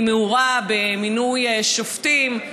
היא מעורה במינוי שופטים.